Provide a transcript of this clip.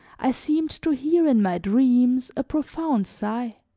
i seemed to hear in my dreams a profound sigh.